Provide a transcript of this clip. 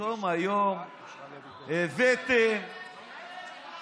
פתאום היום הבאתם, למה ללכת רחוק?